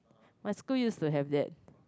my school used to have that